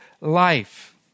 life